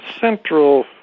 central